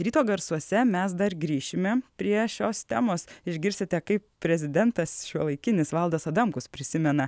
ryto garsuose mes dar grįšime prie šios temos išgirsite kaip prezidentas šiuolaikinis valdas adamkus prisimena